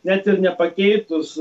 net ir nepakeitus